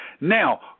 Now